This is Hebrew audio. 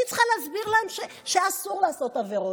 אני צריכה להסביר להם שאסור לעשות עבירות,